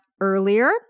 earlier